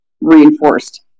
reinforced